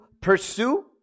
pursue